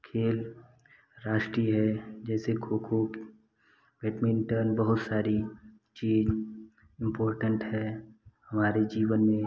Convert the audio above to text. खेल राष्ट्रीय है जैसे खो खो बैटमिन्टन बहुत सारी चीज़ इंपोर्टेंट है हमारे जीवन में